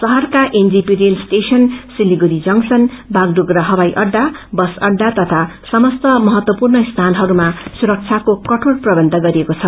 शहरका NJP rail station Siliguri junction Bagdogra हवाई अद्वा बस अद्वा तथा समस्त महत्वपूर्ण स्थानहरूमा सुरक्षाको कठोर प्रबन्ध गरिएको छ